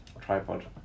tripod